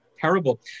terrible